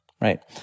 right